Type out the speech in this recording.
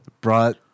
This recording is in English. brought